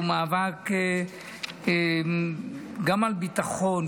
שהוא מאבק גם על ביטחון,